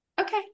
Okay